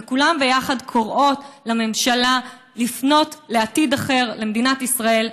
וכולן יחד קוראות לממשלה לפנות לעתיד אחר למדינת ישראל,